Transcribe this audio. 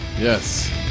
Yes